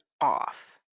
off